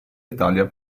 italia